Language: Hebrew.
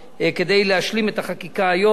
כדי להשלים את החקיקה היום,